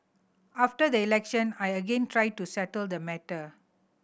after the election I again tried to settle the matter